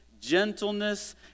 gentleness